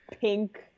pink